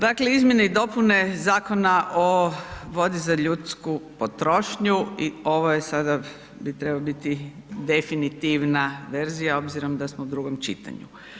Dakle izmjene i dopune Zakona o vodi za ljudsku potrošnju i ovo je sada bi trebao biti definitivna verzija obzirom da smo u drugom čitanju.